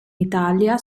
italia